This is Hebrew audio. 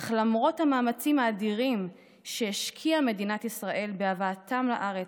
אך למרות המאמצים האדירים שהשקיעה מדינת ישראל בהבאתה לארץ,